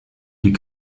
die